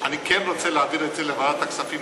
אני כן רוצה להעביר את זה לוועדת הכספים.